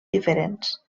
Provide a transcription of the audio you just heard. diferents